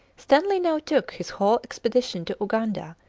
stanley now took his whole expedition to uganda,